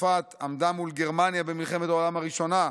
צרפת עמדה מול גרמניה במלחמת העולם הראשונה,